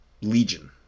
legion